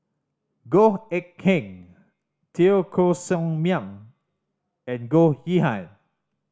Goh Eck Kheng Teo Koh Sock Miang and Goh Yihan